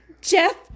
Jeff